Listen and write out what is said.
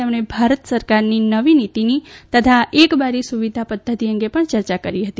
તેમણે ભારત સરકારની નવી નીતિની તથા એક બારી સુવિધા પદ્ધતિ અંગે પણ ચર્ચા કરી હતી